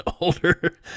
older